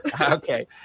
Okay